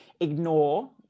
ignore